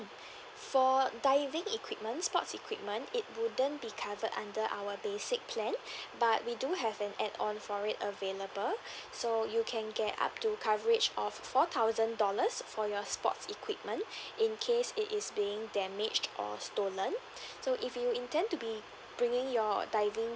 for diving equipment sports equipment it wouldn't be covered under our basic plan but we do have an add on for it available so you can get up to coverage of four thousand dollars for your sports equipment in case it is being damaged or stolen so if you intend to be bringing your diving